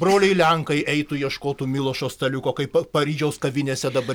broliai lenkai eitų ieškotų milošo staliuko kaip pa paryžiaus kavinėse dabar